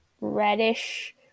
reddish